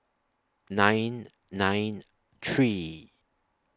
nine nine three